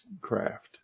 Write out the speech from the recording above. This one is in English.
craft